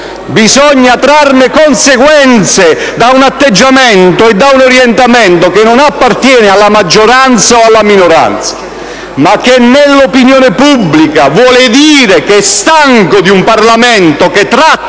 Bisogna trarre le conseguenze da un atteggiamento e da un orientamento che non appartiene alla maggioranza o alla minoranza, ma che dimostra che l'opinione pubblica è stanca di un Parlamento che tratta